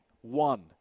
One